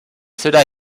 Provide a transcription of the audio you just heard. cela